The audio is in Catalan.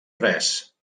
res